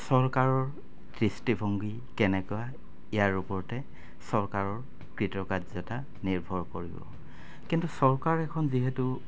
চৰকাৰৰ দৃষ্টিভংগী কেনেকুৱা ইয়াৰ ওপৰতে চৰকাৰৰ কৃতকাৰ্য্যতা নিৰ্ভৰ কৰিব কিন্তু চৰকাৰ এখন যিহেতু